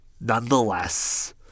nonetheless